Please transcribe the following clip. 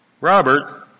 Robert